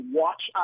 watch